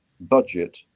budget